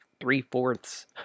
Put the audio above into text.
three-fourths